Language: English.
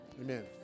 Amen